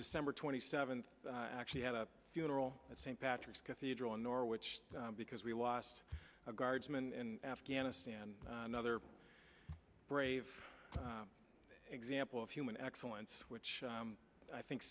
december twenty seventh actually had a funeral at st patrick's cathedral in norwich because we lost a guardsman and afghanistan another brave example of human excellence which i think